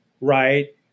right